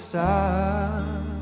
Stop